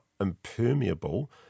impermeable